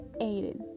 Aiden